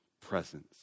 presence